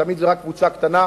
תמיד זו רק קבוצה קטנה,